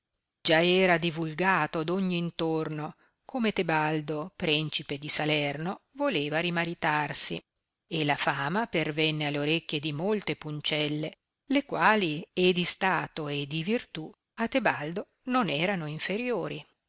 già era divulgato d ogn intorno come tebaldo prencipe di salerno voleva rimaritarsi e la fama pervenne alle orecchie di molte puncelle le quali e di stato e di virtù a tebaldo non erano inferiori